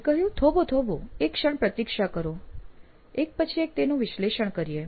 મેં કહ્યું થોભો થોભો એક ક્ષણ પ્રતીક્ષા કરો એક પછી એક તેનું વિશ્લેષણ કરીએ